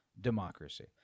democracy